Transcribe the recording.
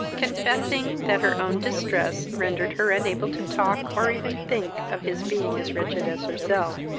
confessing that her own distresses rendered her unable to talk, or even think, of his being as wretched as herself.